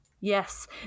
Yes